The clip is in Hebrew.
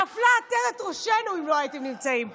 נפלה עטרת ראשנו אם לא הייתם נמצאים פה.